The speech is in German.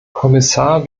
kommissar